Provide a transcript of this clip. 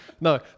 No